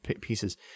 pieces